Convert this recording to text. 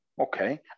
okay